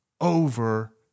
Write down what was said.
over